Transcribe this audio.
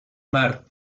mar